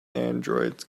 androids